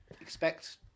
Expect